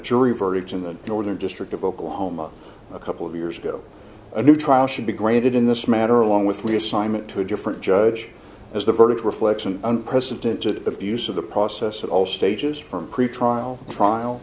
jury verdict in the northern district of oklahoma a couple of years ago a new trial should be granted in this matter along with we assignment to a different judge as the verdict reflects an unprecedented abuse of the process at all stages from pretrial trial